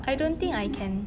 I don't think I can